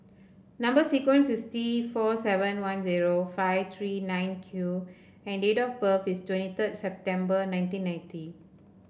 number sequence is T four seven one zero five three nine Q and date of birth is twenty third September nineteen ninety